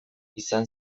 izan